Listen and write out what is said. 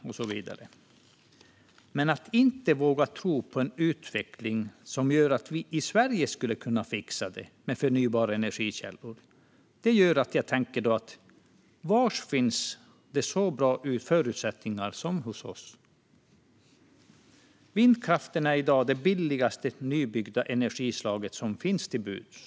Men att man inte vågar tro på en utveckling som gör att vi i Sverige skulle kunna fixa det med förnybara energikällor gör att jag tänker: Var finns det så bra förutsättningar som hos oss? Vindkraften är i dag det billigaste nybyggda energislag som står oss till buds.